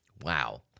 Wow